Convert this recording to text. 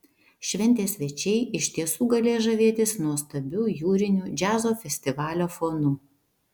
šventės svečiai iš tiesų galės žavėtis nuostabiu jūriniu džiazo festivalio fonu